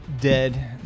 dead